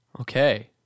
Okay